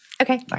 Okay